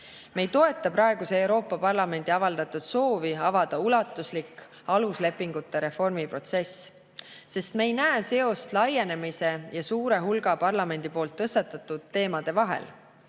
Me ei toeta praeguse Euroopa Parlamendi avaldatud soovi avada ulatuslik aluslepingute reformiprotsess, sest me ei näe seost laienemise ja suure hulga parlamendis tõstatatud teemade vahel.